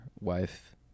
Wife